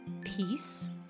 Peace